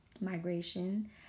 migration